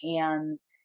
hands